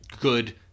good